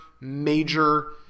major